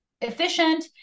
efficient